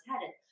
headed